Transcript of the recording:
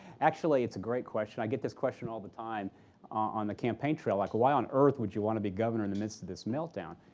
actually, it's a great question. i get this question all the time on the campaign trail. like, why on earth would you want to be governor in the midst of this meltdown.